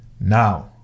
Now